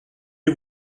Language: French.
les